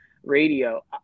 radio